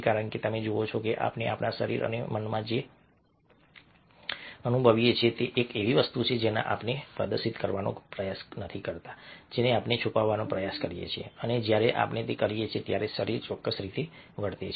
કારણ કે તમે જુઓ છો કે આપણે આપણા શરીર અને મનમાં જે અનુભવીએ છીએ તે એક એવી વસ્તુ છે જેને આપણે પ્રદર્શિત કરવાનો પ્રયાસ નથી કરતા જેને આપણે છુપાવવાનો પ્રયત્ન કરીએ છીએ અને જ્યારે આપણે તે કરીએ છીએ ત્યારે શરીર ચોક્કસ રીતે વર્તે છે